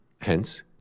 Hence